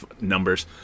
numbers